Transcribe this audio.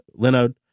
Linode